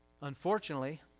Unfortunately